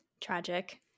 Tragic